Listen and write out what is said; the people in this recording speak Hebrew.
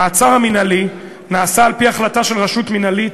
המעצר המינהלי נעשה על-פי החלטה של רשות מינהלית,